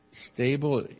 stable